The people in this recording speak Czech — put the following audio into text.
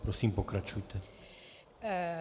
Prosím, pokračujte.